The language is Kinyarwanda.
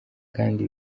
kandi